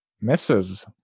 misses